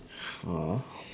ah